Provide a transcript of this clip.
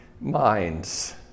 minds